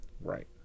Right